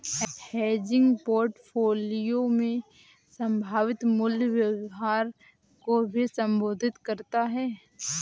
hedging portfolio में संभावित मूल्य व्यवहार को भी संबोधित करता हैं